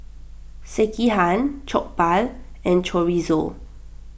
Sekihan Jokbal and Chorizo